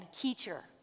teacher